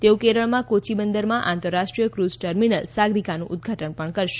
તેઓ કેરળમાં કોચી બંદરમાં આંતરરાષ્ટ્રીય ફઝ ટર્મીનલ સાગરીકાનું ઉદઘાટન પણ કરશે